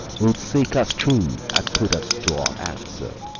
would seek us through, and put us to our answer.